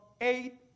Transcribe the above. eight